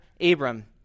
Abram